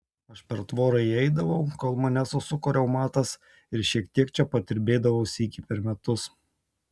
aš per tvorą įeidavau kol mane susuko reumatas ir šiek tiek čia padirbėdavau sykį per metus